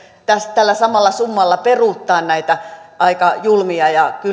tällä samalla summalla peruuttaa näitä aika julmia ja